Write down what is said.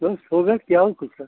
बस हो गया कि और कुछ सर